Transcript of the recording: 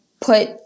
put